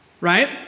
right